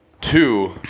two